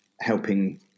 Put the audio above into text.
helping